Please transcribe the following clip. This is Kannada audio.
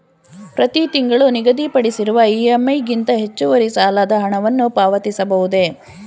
ಪ್ರತಿ ತಿಂಗಳು ನಿಗದಿಪಡಿಸಿರುವ ಇ.ಎಂ.ಐ ಗಿಂತ ಹೆಚ್ಚುವರಿ ಸಾಲದ ಹಣವನ್ನು ಪಾವತಿಸಬಹುದೇ?